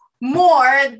more